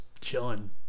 chilling